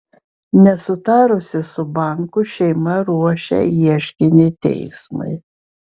nesutarusi su banku šeima ruošia ieškinį teismui